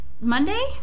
Monday